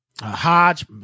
hodge